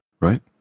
right